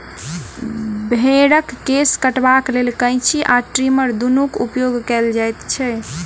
भेंड़क केश कटबाक लेल कैंची आ ट्रीमर दुनूक उपयोग कयल जाइत छै